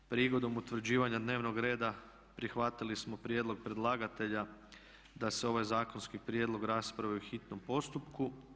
Prigodom utvrđivanja dnevnog reda prihvatili smo prijedlog predlagatelja da se ovaj zakonski prijedlog raspravi u hitnom postupku.